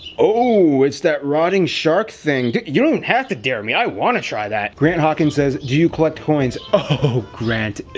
oh! it's that rotting shark thing. you don't have to dare me, i want to try that! grant hawkins says, do you collect coins? oh, grant,